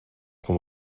con